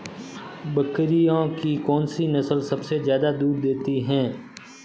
बकरियों की कौन सी नस्ल सबसे ज्यादा दूध देती है?